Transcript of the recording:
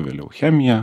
vėliau chemija